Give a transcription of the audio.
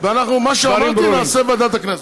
מה שאמרתי, נעשה בוועדת הכנסת.